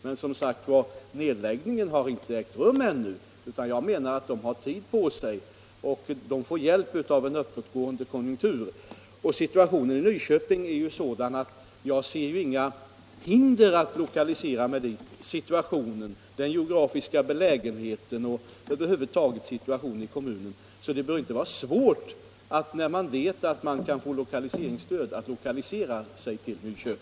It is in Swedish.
Men som sagt: Nedläggningen har inte ägt rum ännu, utan jag menar att man har tid på sig, och man får hjälp av en uppåtgående konjunktur. Den geografiska belägenheten och situationen över huvud taget är också sådan då det gäller Nyköping, att jag inte ser några hinder för lokalisering dit. Det bör inte vara svårt att lokalisera sig till Nyköping, när man vet att man kan få lokaliseringsstöd.